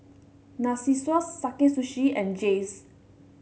Narcissus Sakae Sushi and Jays